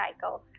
cycle